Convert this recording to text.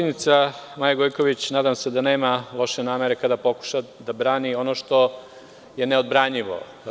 Moja koleginica Maja Gojković nadam se da nema loše namere kada pokuša da brani ono što je neodbranjivo.